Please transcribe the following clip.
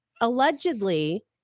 Allegedly